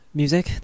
music